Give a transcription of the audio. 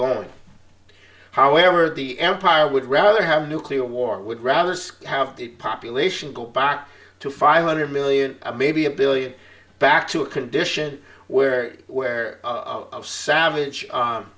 going however the empire would rather have nuclear war would rather scout the population go back to five hundred million maybe a one billion back to a condition where where of savage